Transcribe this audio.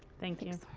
thank you.